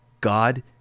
God